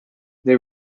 they